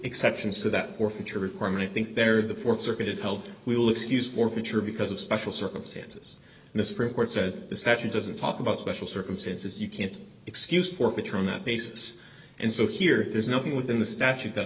exceptions to that or future requirement i think they're the th circuit held we will excuse for future because of special circumstances and the supreme court said the statute doesn't talk about special circumstances you can't excuse for patrol that basis and so here there's nothing within the statute that